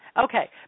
Okay